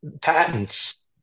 patents